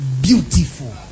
beautiful